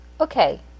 Okay